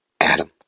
Adam